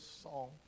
song